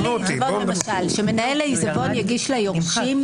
ש-"מנהל העיזבון יגיש ליורשים,